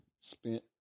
spent